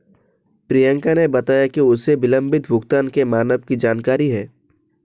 प्रियंका ने बताया कि उसे विलंबित भुगतान के मानक की जानकारी है